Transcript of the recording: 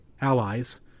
allies